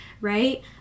Right